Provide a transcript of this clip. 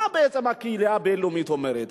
מה בעצם הקהילה הבין-לאומית אומרת?